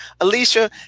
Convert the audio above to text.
alicia